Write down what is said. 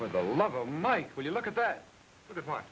for the love of mike when you look at that